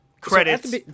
Credits